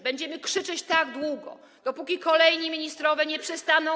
Będziemy krzyczeć tak długo, dopóki kolejni ministrowie nie przestaną.